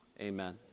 amen